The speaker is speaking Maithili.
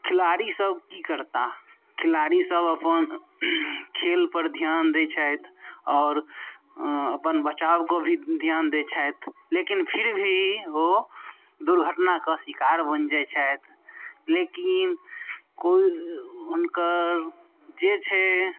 खेलाड़ी सब की करताह खेलाड़ी सब अपन खेलपर ध्यान दै छथि आओर अपन बचावके भी ध्यान दै छथि लेकिन फिर भी ओ दुर्घटनाके शिकार बनि जाइ छथि लेकिन कोइ हुनकर जे छै